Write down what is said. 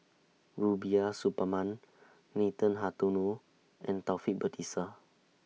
Rubiah Suparman Nathan Hartono and Taufik Batisah